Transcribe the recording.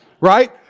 Right